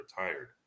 retired